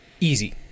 easy